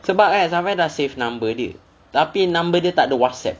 sebab kan safian save number dia tapi number dia tak ada WhatsApp